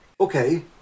Okay